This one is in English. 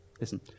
Listen